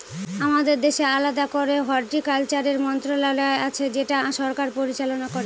আমাদের দেশে আলাদা করে হর্টিকালচারের মন্ত্রণালয় আছে যেটা সরকার পরিচালনা করে